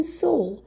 soul